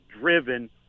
driven